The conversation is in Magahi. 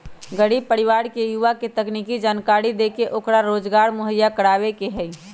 गरीब परिवार के युवा के तकनीकी जानकरी देके ओकरा रोजगार मुहैया करवावे के हई